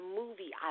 movie